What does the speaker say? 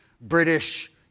British